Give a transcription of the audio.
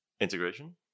Integration